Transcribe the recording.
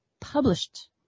published